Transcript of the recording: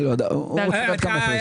שאלה פשוטה.